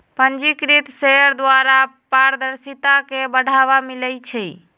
पंजीकृत शेयर द्वारा पारदर्शिता के बढ़ाबा मिलइ छै